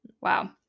Wow